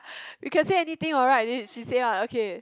we can say anything what right then she say ah okay